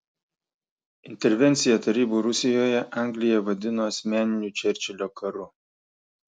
intervenciją tarybų rusijoje anglija vadino asmeniniu čerčilio karu